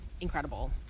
incredible